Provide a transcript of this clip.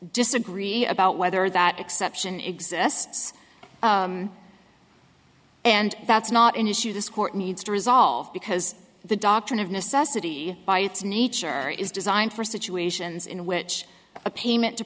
disagree about whether that exception exists and that's not an issue this court needs to resolve because the doctrine of necessity by its nature is designed for situations in which a payment to